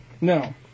No